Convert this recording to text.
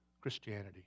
Christianity